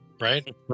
Right